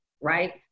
Right